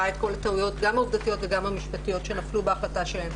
ראה את כל הטעויות גם העובדתיות וגם המשפטיות שנפלו בהחלטה שלהם,